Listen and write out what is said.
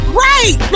right